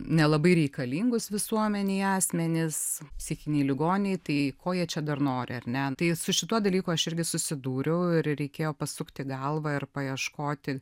nelabai reikalingus visuomenei asmenis psichiniai ligoniai tai ko jie čia dar nori ar ne tai su šituo dalyku aš irgi susidūriauir reikėjo pasukti galvą ir paieškoti